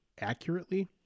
accurately